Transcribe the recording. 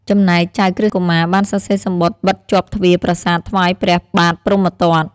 ចំណែកចៅក្រឹស្នកុមារបានសរសេរសំបុត្របិទជាប់ទ្វារប្រាសាទថ្វាយព្រះបាទព្រហ្មទត្ត។